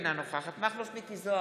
אינה נוכחת מכלוף מיקי זוהר,